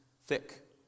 thick